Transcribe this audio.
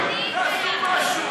תעשו משהו.